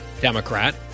Democrat